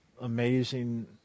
amazing